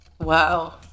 Wow